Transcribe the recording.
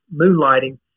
moonlighting